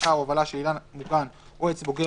העתקה או הובלה של אילן מוגן או עץ בוגר,